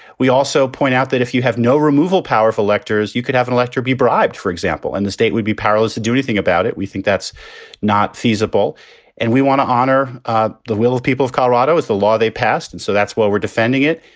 we also point out that if you have no removal power of electors, you could have an elector be bribed, for example, and the state would be powerless to do anything about it. we think that's not feasible and we want to honor ah the will of people of colorado is the law they passed. and so that's why we're defending it.